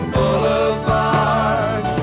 Boulevard